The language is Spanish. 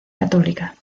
católica